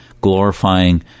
glorifying